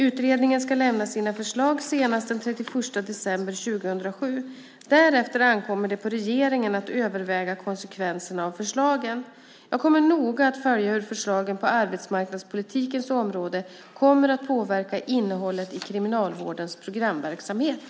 Utredningen ska lämna sina förslag senast den 31 december 2007. Därefter ankommer det på regeringen att överväga konsekvenserna av förslagen. Jag kommer noga att följa hur förslagen på arbetsmarknadspolitikens område kommer att påverka innehållet i Kriminalvårdens programverksamhet.